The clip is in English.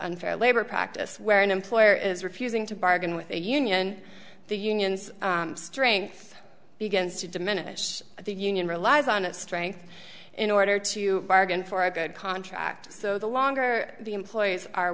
unfair labor practice where an employer is refusing to bargain with a union the unions strength begins to diminish the union relies on its strength in order to bargain for a good contract so the longer the employees are